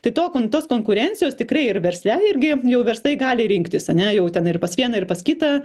tai to kon tos konkurencijos tikrai ir versle irgi jau verslai gali rinktis ane jau ten ir pas vieną ir pas kitą